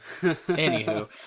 Anywho